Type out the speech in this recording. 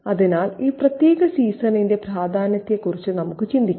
അതിനാൽ ഈ പ്രത്യേക സീസണിന്റെ പ്രാധാന്യത്തെക്കുറിച്ചും നമുക്ക് ചിന്തിക്കാം